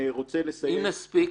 אם נספיק,